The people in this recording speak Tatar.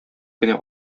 кенә